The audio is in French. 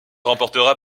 remporta